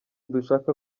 dushaka